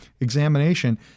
examination